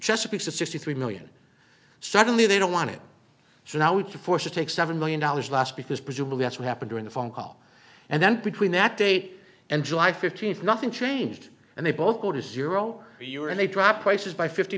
chesapeake's the sixty three million suddenly they don't want it so now we can force to take seven million dollars last because presumably that's what happened during the phone call and then between that date and july fifteenth nothing changed and they both go to zero a year and they drop prices by fifty